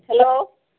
hello